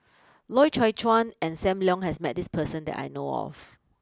Loy Chye Chuan and Sam Leong has met this person that I know of